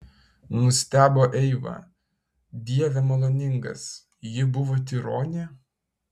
nustebo eiva dieve maloningas ji buvo tironė